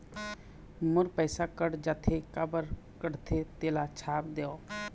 मोर पैसा कट जाथे काबर कटथे तेला छाप देव?